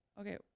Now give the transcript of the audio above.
Okay